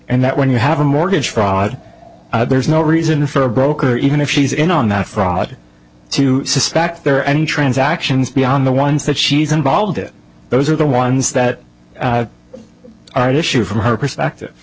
and that when you have a mortgage fraud there's no reason for a broker even if she's in on that fraud to suspect there are any transactions beyond the ones that she's involved it those are the ones that are at issue from her perspective